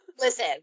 listen